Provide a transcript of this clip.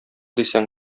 дисәң